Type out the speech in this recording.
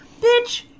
Bitch